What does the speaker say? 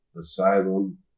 asylum